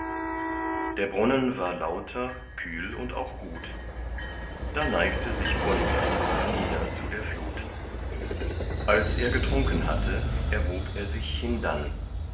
der brunnen war lauter kühl und auch gut da neigte sich gunther hernieder zu der flut als er getrunken hatte erhob er sich hindann